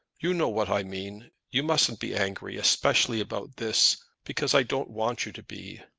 you know what i mean. you mustn't be angry especially about this because i don't want you to be.